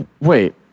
Wait